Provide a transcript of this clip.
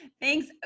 Thanks